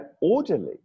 orderly